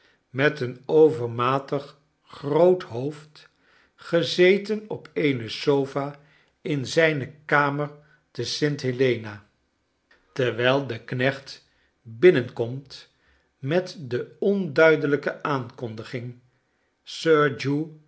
met een overnaatig groot hoofd gezeten op eene sofa in zijne kamer te st helena terwijl de knechtbinnenkomt met de onduidelijke aankondiging sir